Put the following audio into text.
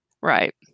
Right